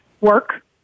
work